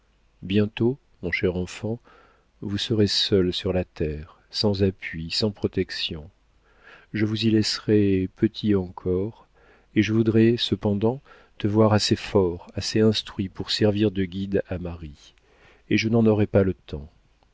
bientôt mon cher enfant vous serez seuls sur la terre sans appui sans protections je vous y laisserai petits encore et je voudrais cependant te voir assez fort assez instruit pour servir de guide à marie et je n'en aurai pas le temps